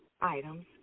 items